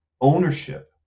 ownership